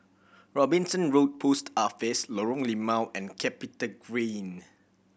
Robinson Road Post Office Lorong Limau and CapitaGreen